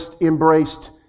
embraced